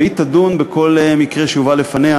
והיא תדון בכל מקרה שיובא לפניה,